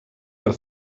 per